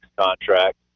contract